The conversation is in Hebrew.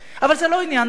אבל זה לא עניין מקרי.